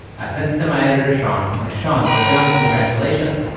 i sent it to my editor shawn. i'm like shawn we're done. congratulations.